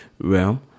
realm